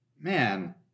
Man